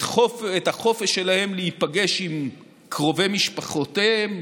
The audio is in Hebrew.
את החופש שלהם להיפגש עם קרובי משפחותיהם,